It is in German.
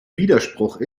widerspruch